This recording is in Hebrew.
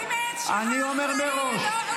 אני אומר מראש -- זאת האמת,